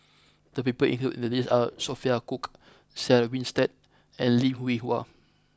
the people included in the list are Sophia Cooke Sarah Winstedt and Lim Hwee Hua